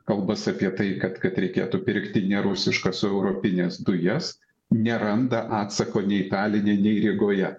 kalbas apie tai kad kad reikėtų pirkti ne rusiškas o europines dujas neranda atsako nei taline nei rygoje